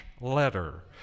letter